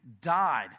died